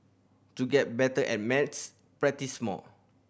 to get better at maths practise more